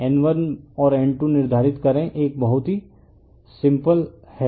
N1 और N2 निर्धारित करें एक बहुत ही सिंपल हैं